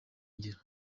ngero